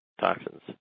toxins